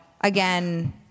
again